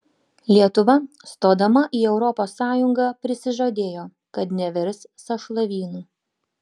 lietuva stodama į europos sąjungą prisižadėjo kad nevirs sąšlavynu